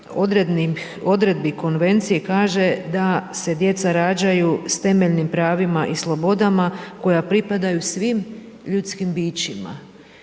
odredbi konvencije kaže da se djeca rađaju s temeljnim pravima i slobodama, koja pripadaju svim ljudskim bićima